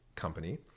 company